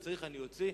ואם צריך אני אוציא.